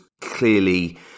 clearly